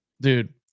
Dude